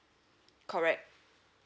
correct